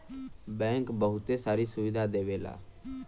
bank बहुते सारी सुविधा देवला